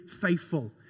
faithful